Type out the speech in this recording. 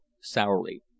sourly